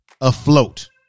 afloat